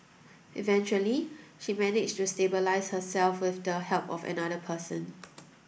eventually she managed to stabilise herself with the help of another person